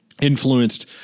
influenced